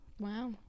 Wow